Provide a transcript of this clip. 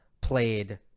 played